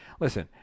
Listen